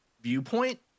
viewpoint